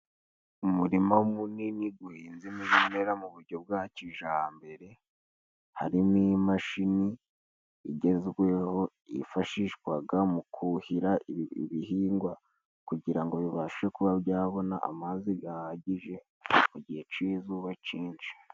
Umurima munini guhinzemo ibimera mu buryo bwa kijambere. Harimo imashini igezweho yifashishwaga mu kuhira ibihingwa kugira ngo bibashe kuba byabona amazi gahagije mu gihe c'izuba cinshi.